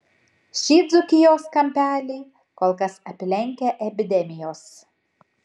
šį dzūkijos kampelį kol kas aplenkia epidemijos